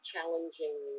challenging